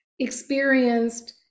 experienced